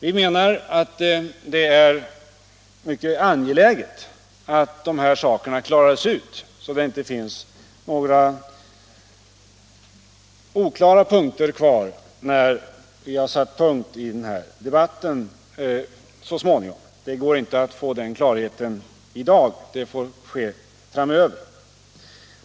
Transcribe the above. Vi menar att det är mycket angeläget att de här sakerna reds ut, så att det inte finns några oklara frågor kvar när vi har satt punkt i den här debatten så småningom. Det går inte att få den klarheten i dag. Det får ske framöver.